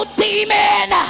demon